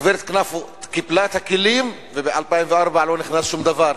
הגברת קנפו קיפלה את הכלים וב-2004 לא נכנס שום דבר.